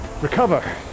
recover